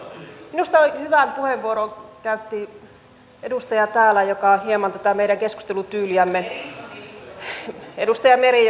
minusta hyvän puheenvuoron käytti täällä edustaja joka hieman tätä meidän keskustelutyyliämme arvioi edustaja meri